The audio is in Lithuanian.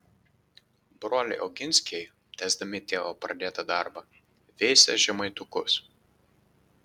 broliai oginskiai tęsdami tėvo pradėtą darbą veisė žemaitukus